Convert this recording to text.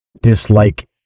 dislike